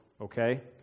Okay